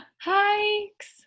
hikes